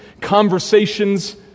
conversations